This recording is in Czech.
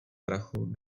prachu